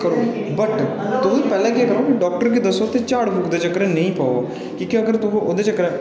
but तुस पैह्लें केह् करो डाक्टर गी दस्सो ते झाड़ फूक दे चक्कर च नेईं पवो की के अगर तुस ओह्दे चक्करै